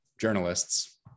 journalists